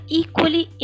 equally